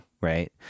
right